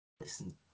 listen